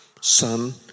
son